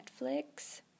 Netflix